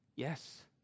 Yes